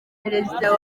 prezida